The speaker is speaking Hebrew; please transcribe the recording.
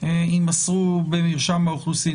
יימסרו במרשם האוכלוסין?